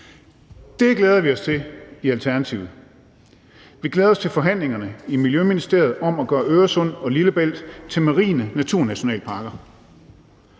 Det glæder vi os til i Alternativet. Vi glæder os til forhandlingerne i Miljøministeriet om at gøre Øresund og Lillebælt til marine naturnationalparker.